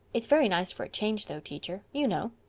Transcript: it's very nice for a change though, teacher. you know.